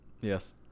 Yes